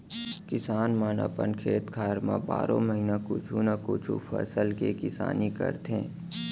किसान मन अपन खेत खार म बारो महिना कुछु न कुछु फसल के किसानी करथे